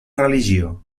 religió